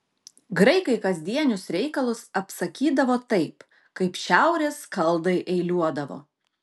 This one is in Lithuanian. graikai kasdienius reikalus apsakydavo taip kaip šiaurės skaldai eiliuodavo